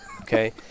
okay